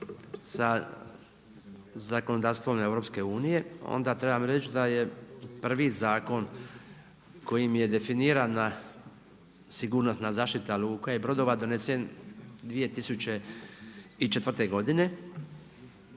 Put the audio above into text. sa zakonodavstvom EU-a, onda trebam reći da je prvi zakon kojim je definirana sigurnosna zaštita luka i brodova donesen 2004. godine,